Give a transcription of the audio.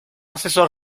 asesor